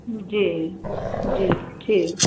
जी जी ठीक